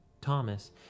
Thomas